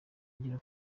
ngera